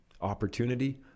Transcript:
opportunity